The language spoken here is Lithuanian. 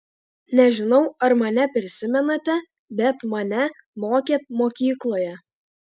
nežinau ar mane prisimenate bet mane mokėt mokykloje